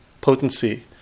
potency